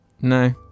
No